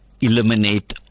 eliminate